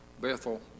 Bethel